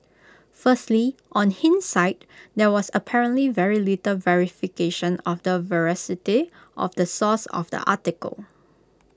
firstly on hindsight there was apparently very little verification of the veracity of the source of the article